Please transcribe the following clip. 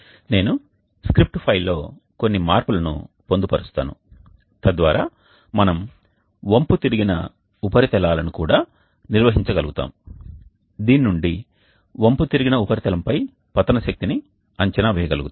నేను స్క్రిప్ట్ ఫైల్లో కొన్ని మార్పులను పొందుపరుస్తాను తద్వారా మనం వంపుతిరిగిన ఉపరితలాలను కూడా నిర్వహించగలుగుతాము దీని నుండి వంపుతిరిగిన ఉపరితలంపై పతన శక్తిని అంచనా వేయగలుగుతాము